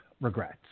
regrets